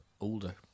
older